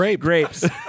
Grapes